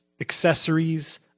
accessories